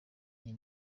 iyi